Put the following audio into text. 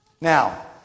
Now